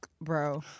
bro